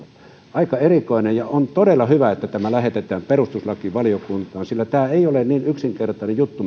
aika erikoista ja on todella hyvä että tämä lähetetään perustuslakivaliokuntaan sillä tämä ei ole niin yksinkertainen juttu